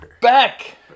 back